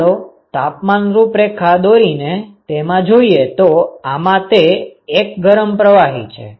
ચાલો તાપમાન રૂપરેખા દોરીને તેમાં જોઈએ તો આમાં તે એક ગરમ પ્રવાહી છે